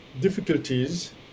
difficulties